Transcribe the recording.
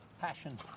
Passion